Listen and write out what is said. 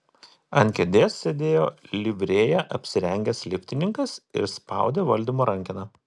ant kėdės sėdėjo livrėja apsirengęs liftininkas ir spaudė valdymo rankeną